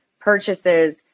purchases